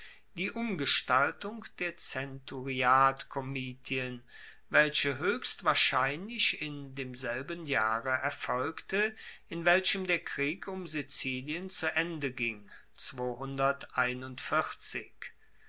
die umgestaltung der zenturiatkomitien welche hoechst wahrscheinlich in demselben jahre erfolgte in welchem der krieg um sizilien zu ende ging